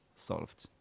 solved